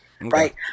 right